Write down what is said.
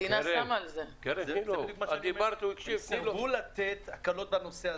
הם סירבו לתת הקלות בנושא הזה.